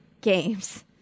games